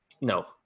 No